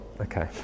Okay